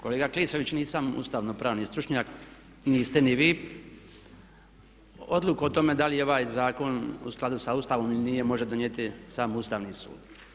Kolega Klisović nisam ustavno pravni stručnjak, niste ni vi, odluku o tome da li je ovaj zakon u skladu sa Ustavom ili nije može donijeti samo Ustavni sud.